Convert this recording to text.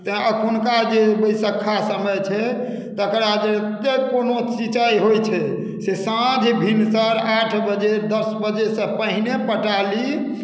तैँ एखुनका जे बैशक्खा समय छै तकरा जे जाहि कोनो सिँचाइ होइत छै से साँझ भिनसर आठ बजे दस बजेसँ पहिने पटा ली